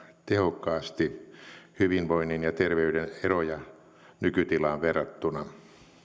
tehokkaasti hyvinvoinnin ja terveyden eroja nykytilaan verrattuna